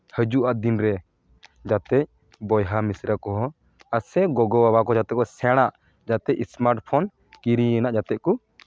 ᱦᱤᱡᱩᱜ ᱟᱜ ᱫᱤᱱ ᱨᱮ ᱡᱟᱛᱮ ᱵᱚᱭᱦᱟ ᱢᱤᱥᱨᱟ ᱠᱚᱦᱚᱸ ᱟᱥᱮ ᱜᱚᱜᱚᱼᱵᱟᱵᱟ ᱠᱚ ᱡᱟᱛᱮ ᱠᱚ ᱥᱮᱬᱟᱜ ᱡᱟᱛᱮ ᱥᱢᱟᱨᱴ ᱯᱷᱳᱱ ᱠᱤᱨᱤᱧ ᱨᱮᱱᱟᱜ ᱡᱟᱛᱮ ᱠᱚ